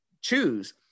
choose